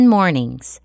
Mornings